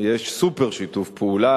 יש סוּפר שיתוף פעולה,